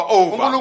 over